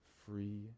Free